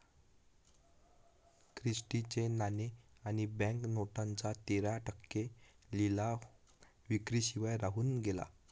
Christie चे नाणे आणि बँक नोटांचा तेरा टक्के लिलाव विक्री शिवाय राहून गेला